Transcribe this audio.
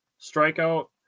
strikeout